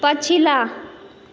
पछिला